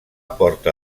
porta